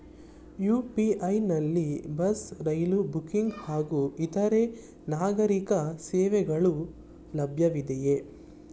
UPI ನಲ್ಲಿ bus, railway booking ಹಾಗೂ ಇತರೆ ನಾಗರೀಕ ಸೇವೆಗಳು ಲಭ್ಯವಿದೆಯೇ?